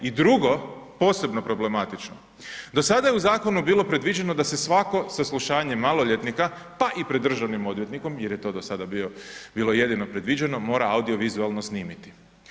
I drugo, posebno problematično, do sada je u zakonu bilo predviđeno da se svako saslušanje maloljetnika, pa i pred državnim odvjetnikom, jer je to do sada bilo jedino predviđeno mora audio-vizualno snimiti.